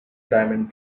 diamond